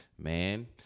man –